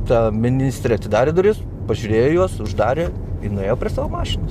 ta ministrė atidarė duris pažiūrėjo į juos uždarė ir nuėjo prie savo mašinos